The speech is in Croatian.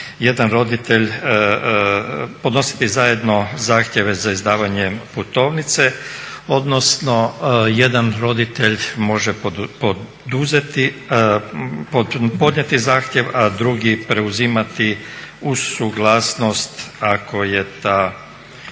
jedan roditelj, podnositi zajedno zahtjeve za izdavanjem putovnice, odnosno jedan roditelj može poduzeti, podnijeti zahtjev a drugi preuzimati uz suglasnost ako je ta